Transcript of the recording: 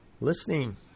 listening